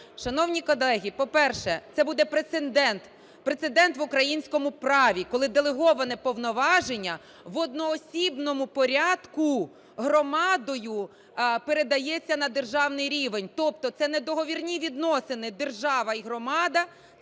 Шановні колеги, по-перше, це буде прецедент, прецедент в українському праві, коли делеговане повноваження в одноосібному порядку громадою передається на державний рівень. Тобто це не договірні відносини "держава і громада",